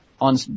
On